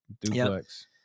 duplex